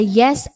yes